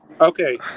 Okay